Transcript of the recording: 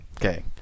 Okay